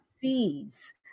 seeds